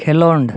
ᱠᱷᱮᱞᱳᱸᱰ